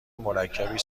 مرکبی